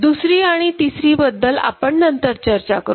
दुसरी आणि तिसरी बद्दल आपण नंतर चर्चा करू